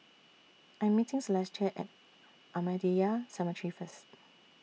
I Am meeting Celestia At Ahmadiyya Cemetery First